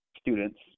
students